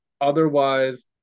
Otherwise